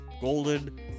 golden